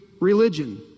religion